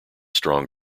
strong